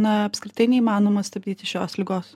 na apskritai neįmanoma stabdyti šios ligos